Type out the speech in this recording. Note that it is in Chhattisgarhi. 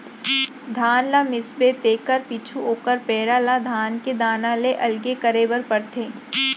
धान ल मिसबे तेकर पीछू ओकर पैरा ल धान के दाना ले अलगे करे बर परथे